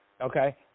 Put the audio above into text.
Okay